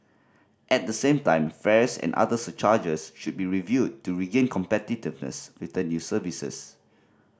at the same time fares and other surcharges should be reviewed to regain competitiveness with the new services